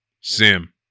Sim